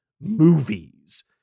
movies